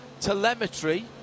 telemetry